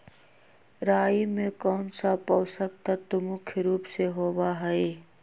राई में कौन सा पौषक तत्व मुख्य रुप से होबा हई?